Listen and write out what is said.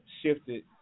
shifted